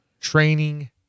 training